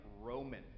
Roman